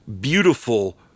beautiful